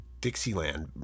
Dixieland